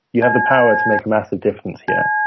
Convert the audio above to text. you have the power to make a massive difference here.